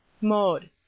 mode